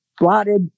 blotted